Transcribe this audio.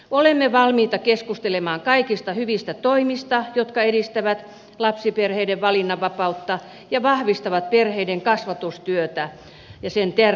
olemme valmiita keskustelemaan kaikista hyvistä toimista jotka edistävät lapsiperheiden valinnanvapautta ja vahvistavat perheiden kasvatustyötä ja sen tärkeyttä